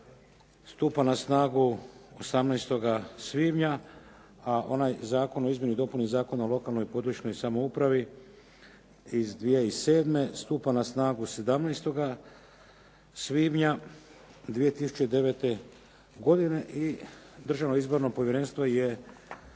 stupa na snagu 18. svibnja a onaj Zakon o izmjeni i dopuni Zakona o lokalnoj i područnoj samoupravi iz 2007. stupa na snagu 17. svibnja 2009. godine. I Državno izborno povjerenstvo je razmatrajući